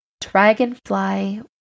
Dragonfly